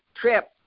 trip